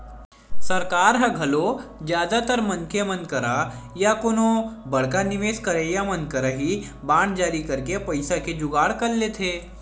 सरकार ह घलो जादातर मनखे मन करा या कोनो बड़का निवेस करइया मन करा ही बांड जारी करके पइसा के जुगाड़ कर लेथे